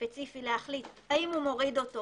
הספציפי להחליט האם הוא מוריד אותו